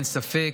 אין ספק